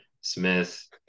Smith